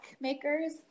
makers